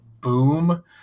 boom